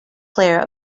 player